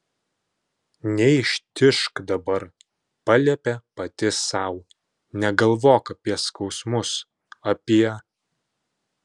neištižk dabar paliepė pati sau negalvok apie skausmus apie